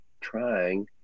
trying